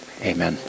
amen